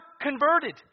converted